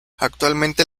actualmente